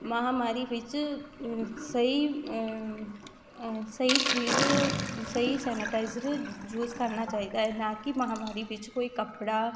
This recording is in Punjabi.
ਮਹਾਂਮਾਰੀ ਵਿੱਚ ਸਹੀ ਸਹੀ ਚੀਜ਼ ਸਹੀ ਸੈਨਾਟਾਈਜ਼ਰ ਯੂਜ਼ ਕਰਨਾ ਚਾਹੀਦਾ ਹੈ ਨਾ ਕਿ ਮਹਾਂਮਾਰੀ ਵਿੱਚ ਕੋਈ ਕੱਪੜਾ